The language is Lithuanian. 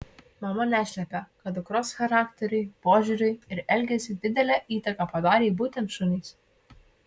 mama neslepia kad dukros charakteriui požiūriui ir elgesiui didelę įtaką padarė būtent šunys